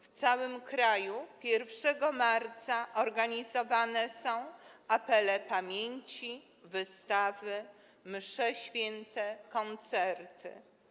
W całym kraju 1 marca organizowane są apele pamięci, wystawy, msze święte, koncerty.